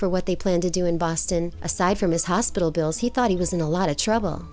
for what they plan to do in boston aside from his hospital bills he thought he was in a lot of trouble